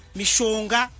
mishonga